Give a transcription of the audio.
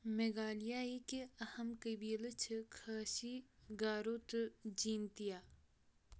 میگھالیہ یِكہِ اہم قبیٖلہٕ چھِ كھٲسی گھارو تہٕ جینتِیا